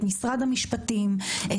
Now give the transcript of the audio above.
משרד המשפטים,